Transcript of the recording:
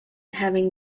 having